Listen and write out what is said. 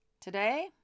Today